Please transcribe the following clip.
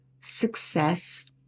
success